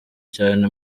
cyane